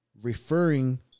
Referring